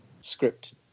script